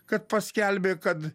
kad paskelbė kad